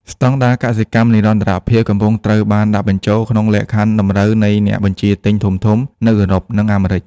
ស្ដង់ដារកសិកម្មនិរន្តរភាពកំពុងត្រូវបានដាក់បញ្ចូលក្នុងលក្ខខណ្ឌតម្រូវនៃអ្នកបញ្ជាទិញធំៗនៅអឺរ៉ុប និងអាមេរិក។